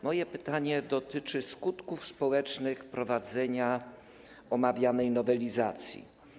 Moje pytanie dotyczy skutków społecznych wprowadzenia omawianej nowelizacji.